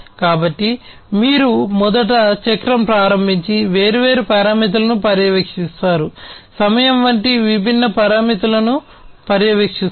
కాబట్టి మీరు మొదట చక్రం ప్రారంభించి వేర్వేరు పారామితులను పర్యవేక్షిస్తారు సమయం వంటి విభిన్న పారామితులను పర్యవేక్షిస్తుంది